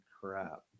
crap